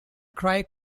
cry